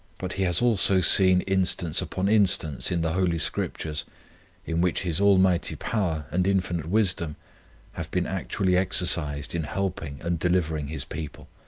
but he has also seen instance upon instance in the holy scriptures in which his almighty power and infinite wisdom have been actually exercised in helping and delivering his people